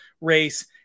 race